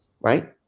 right